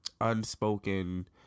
unspoken